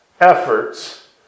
efforts